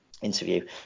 interview